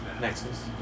Nexus